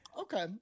Okay